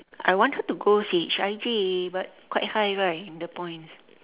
I wanted to go C_H_I_J but quite high right the points